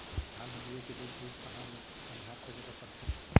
धान ह लूए के लइक होइस तहाँ ले बनिहार खोजे बर परथे